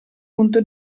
punto